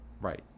right